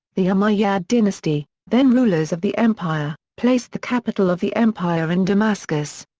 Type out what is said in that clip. the umayyad dynasty, then rulers of the empire, placed the capital of the empire in damascus.